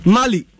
Mali